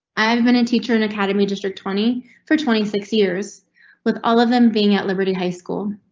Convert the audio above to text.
i've been a teacher and academy district twenty for twenty six years with all of them being at liberty high school.